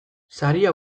saria